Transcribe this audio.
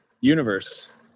universe